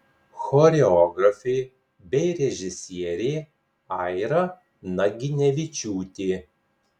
choreografė bei režisierė aira naginevičiūtė